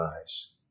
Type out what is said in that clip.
eyes